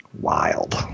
Wild